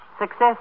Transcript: Success